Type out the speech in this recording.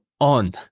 On